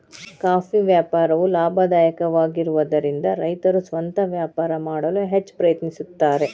coffee ವ್ಯಾಪಾರವು ಲಾಭದಾಯಕವಾಗಿರುವದರಿಂದ ರೈತರು ಸ್ವಂತ ವ್ಯಾಪಾರ ಮಾಡಲು ಹೆಚ್ಚ ಪ್ರಯತ್ನಿಸುತ್ತಾರೆ